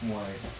why